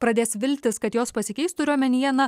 pradės viltis kad jos pasikeis turiu omenyje na